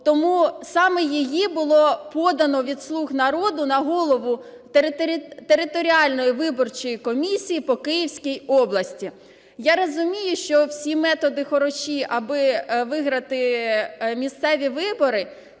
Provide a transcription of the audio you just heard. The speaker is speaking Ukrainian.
тому саме її було подано від "Слуг народу" на голову територіальної виборчої комісії по Київській області. Я розумію, що всі методи хороші, аби виграти місцеві вибори.